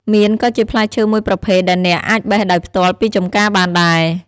មៀនក៏ជាផ្លែឈើមួយប្រភេទដែលអ្នកអាចបេះដោយផ្ទាល់ពីចម្ការបានដែរ។